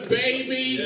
baby